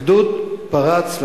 הגדוד פרץ,